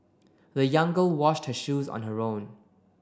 the young girl washed her shoes on her own